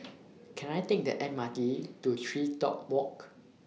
Can I Take The M R T to TreeTop Walk